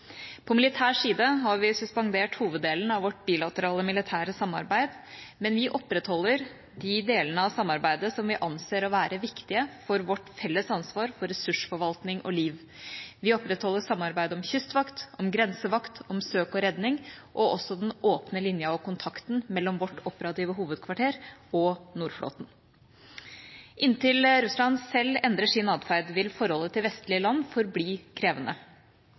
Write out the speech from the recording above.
På militær side har vi suspendert hoveddelen av vårt bilaterale militære samarbeid, men vi opprettholder de delene av samarbeidet som vi anser å være viktige for vårt felles ansvar for ressursforvaltning og liv. Vi opprettholder samarbeidet om kystvakt, om grensevakt, om søk og redning og også den åpne linjen og kontakten mellom vårt operative hovedkvarter og nordflåten. Inntil Russland selv endrer sin atferd, vil forholdet til vestlige land forbli krevende.